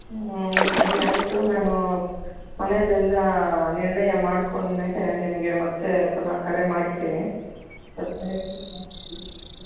ಹ್ಞೂ ಸರಿ ಆಯಿತು ನಾನು ಮನೆಯಲ್ಲೆಲ್ಲ ನಿರ್ಣಯ ಮಾಡ್ಕೊಂಡ್ಮೇಲೆ ನಿಮಗೆ ಮತ್ತೆ ಪುನಃ ಕರೆ ಮಾಡ್ತೀನಿ